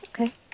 Okay